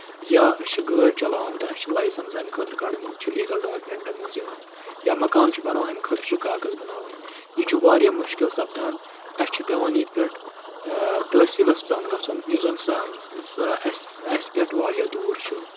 یا أسۍ چھِ گٲڑۍ چَلاوان تہٕ اَسہِ چھِ لایسَنس اَمہِ خٲطرٕ کَڑٕنۍ یہِ تہِ چھِ لیٖگل ڈاکمؠنٛٹَن منٛز یِوان یا مکان چھُ بَناوان امہِ خٲطرٕ چھُ کاکز بَناوٕنۍ یہِ چھُ واریاہ مُشکِل سپدان اَسہِ چھُ پؠوان ییٚتہِ پؠٹھ تحصیٖلَس تام گژھُن یُس زَن اَسہِ اَسہِ پؠٹھ واریاہ دوٗر چھُ